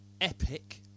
Epic